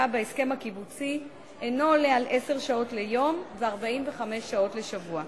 בהסכם הקיבוצי אינו עולה על 10 שעות ליום ו-45 שעות לשבוע.